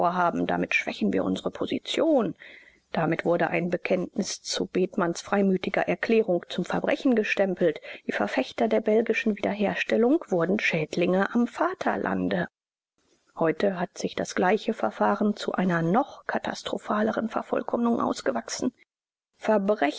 vorhaben damit schwächen wir unsere position damit wurde ein bekenntnis zu bethmanns freimütiger erklärung zum verbrechen gestempelt die verfechter der belgischen wiederherstellung wurden schädlinge am vaterlande heute hat sich das gleiche verfahren zu einer noch katastrophaleren vervollkommnung ausgewachsen